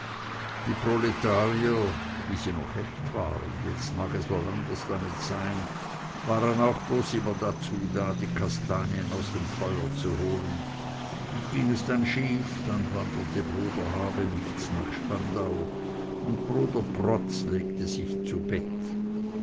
die proletarier wie sie noch echt waren jetzt mag es wohl anders damit sein waren auch bloß immer dazu da die kastanien aus dem feuer zu holen aber ging es dann schief dann wanderte bruder habenichts nach spandau und bruder protz legte sich zu bett